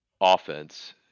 offense